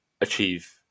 achieve